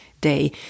day